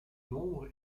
nombre